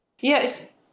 Yes